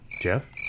Jeff